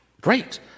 great